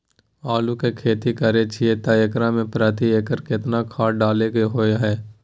आलू के खेती करे छिये त एकरा मे प्रति एकर केतना खाद डालय के होय हय?